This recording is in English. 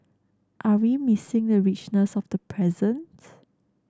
are we missing the richness of the present